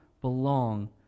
belong